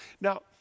Now